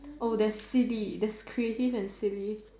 there's C_D there's creative and C_D